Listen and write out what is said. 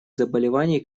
заболеваний